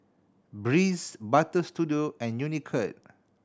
Breeze Butter Studio and Unicurd